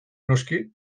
noski